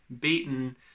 beaten